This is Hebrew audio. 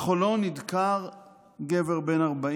בחולון נדקר גבר בן 40